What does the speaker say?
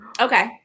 Okay